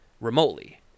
remotely